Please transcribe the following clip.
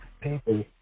people